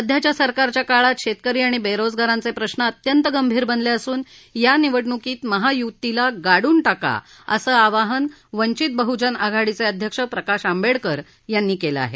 सध्याच्या सरकारच्या काळात शेतकरी आणि बेरोजगारांचे प्रश्न अत्यंत गंभीर बनले असून या निवडणूकीत महायुतीला गाडून टाका असं आवाहन वंचित बहुजन आघाडीचे अध्यक्ष प्रकाश आंबेडकर यांनी केलं आहे